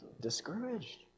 discouraged